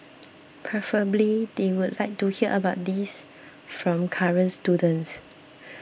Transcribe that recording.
preferably they would like to hear about these from current students